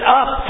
up